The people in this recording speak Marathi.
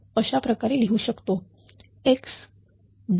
तर हे आपण अशाप्रकारे लिहू शकतो x